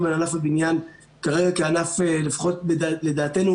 על ענף הבנייה כרגע כענף לפחות לדעתנו,